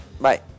bye